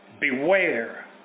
beware